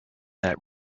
that